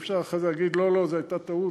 אי-אפשר אחרי זה להגיד: לא, לא, זו הייתה טעות.